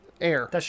air